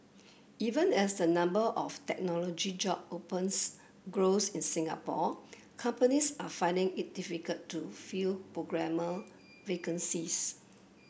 even as the number of technology job opens grows in Singapore companies are finding it difficult to fill programmer vacancies